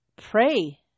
Pray